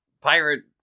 Pirate